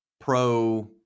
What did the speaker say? pro